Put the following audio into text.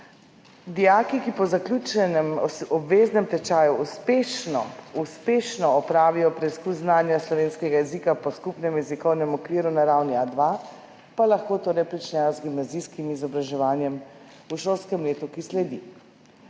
Dijaki, ki po zaključenem obveznem tečaju uspešno opravijo preizkus znanja slovenskega jezika po Skupnem jezikovnem okviru na ravni A2, pa lahko torej pričnejo z gimnazijskim izobraževanjem v šolskem letu, ki sledi.